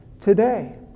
today